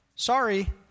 Sorry